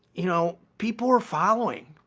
you know, people were following.